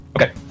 Okay